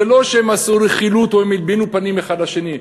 זה לא שהם דיברו רכילות או הם הלבינו פנים אחד לשני.